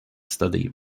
study